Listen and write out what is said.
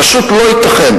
פשוט לא ייתכן,